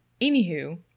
Anywho